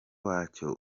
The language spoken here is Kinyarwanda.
wacyo